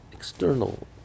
external